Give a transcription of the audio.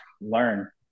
learn